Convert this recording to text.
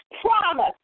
promise